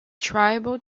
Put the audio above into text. tribal